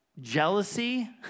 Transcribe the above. jealousy